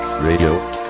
Radio